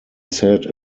said